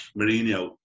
Mourinho